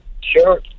Sure